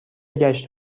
گشت